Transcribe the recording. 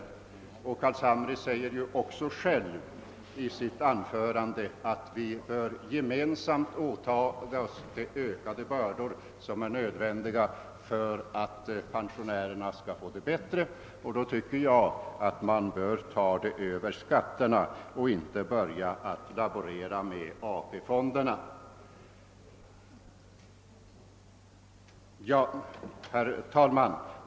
Herr Carlshamre säger också själv att vi gemensamt bör åta oss de ökade bördor som är nödvändiga för att pensionärerna skall få det bättre. Det bör vi i så fall göra över skatterna i stället för att börja laborera med AP-fonderna. Herr talman!